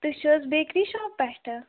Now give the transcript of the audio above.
تُہۍ چھِو حظ بیکری شاپ پٮ۪ٹھٕ